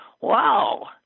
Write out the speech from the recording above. wow